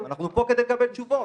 אנחנו פה כדי לקבל תשובות.